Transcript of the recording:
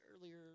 earlier